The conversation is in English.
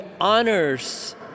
honors